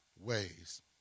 ways